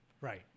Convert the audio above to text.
Right